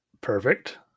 Perfect